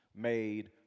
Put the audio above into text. made